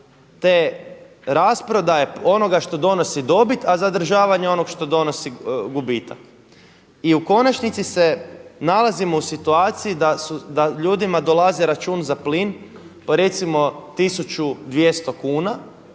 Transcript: te rasprodaje onoga što donosi dobit, a zadržavanja onoga što donosi gubitak. I u konačnici se nalazimo u situaciji da ljudima dolazi račun za plin po recimo 1.200 kuna,